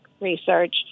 Research